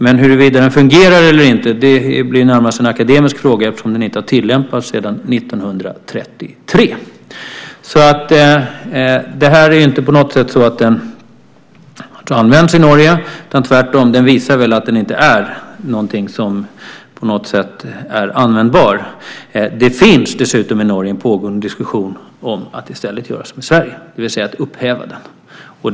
Men huruvida den fungerar eller inte blir närmast en akademisk fråga eftersom den inte har tillämpats sedan år 1933. Det är inte på något sätt så att den används i Norge. Det visar tvärtom att den inte är någonting som på något sätt är användbart. Det finns dessutom i Norge en pågående diskussion om att i stället göra som i Sverige, det vill säga att upphäva den bestämmelsen.